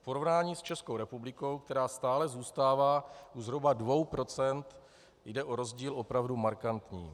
V porovnání s Českou republikou, která stále zůstává zhruba u 2 %, jde o rozdíl opravdu markantní.